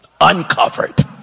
uncovered